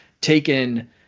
taken